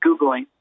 Googling